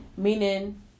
Meaning